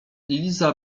liza